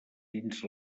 dins